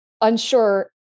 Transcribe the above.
unsure